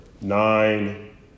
nine